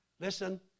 Listen